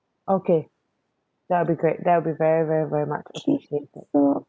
okay that will be great that will be very very very much appreciated